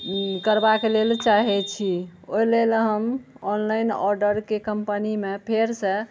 करबाक लेल चाहय छी ओइ लेल हम ऑनलाइन ऑर्डरके कम्पनीमे फेरसँ